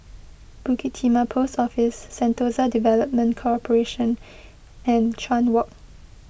Bukit Timah Post Office Sentosa Development Corporation and Chuan Walk